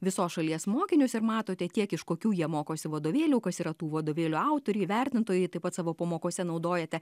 visos šalies mokinius ir matote tiek iš kokių jie mokosi vadovėlių kas yra tų vadovėlių autoriai vertintojai taip pat savo pamokose naudojate